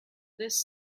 this